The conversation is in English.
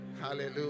Hallelujah